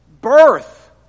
birth